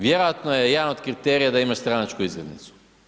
Vjerojatno je jedan od kriterija da imaš stranačku iskaznicu.